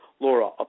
Laura